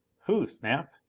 who, snap?